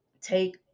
take